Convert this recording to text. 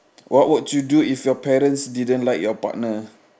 what would you do if your parents didn't like your partner